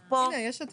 יש עתיד פה, יסמין.